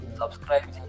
subscribe